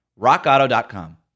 rockauto.com